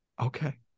Okay